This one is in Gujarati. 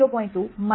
2 0